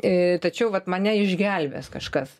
i tačiau vat mane išgelbės kažkas